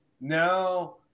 Now